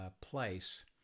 place